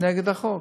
נגד החוק.